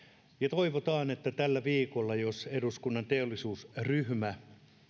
toivotaan että tällä viikolla jos eduskunnan teollisuusryhmä